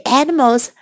animals